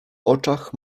oczach